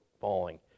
falling